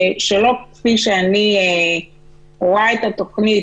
כפי שאני רואה את התוכנית,